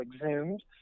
Exhumed